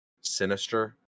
sinister